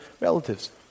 relatives